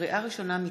לקריאה ראשונה,